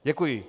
Děkuji.